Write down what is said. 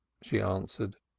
she answered.